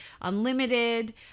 Unlimited